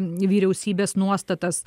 vyriausybės nuostatas